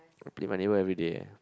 with my neighbour everyday